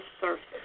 surface